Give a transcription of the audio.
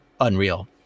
unreal